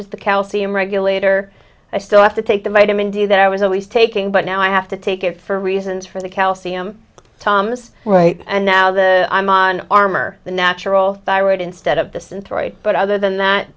is the calcium regulator i still have to take the vitamin d that i was always taking but now i have to take it for reasons for the calcium thomas right and now the i'm on armor the natural thyroid instead of the synthroid but other than that